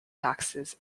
taxes